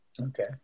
Okay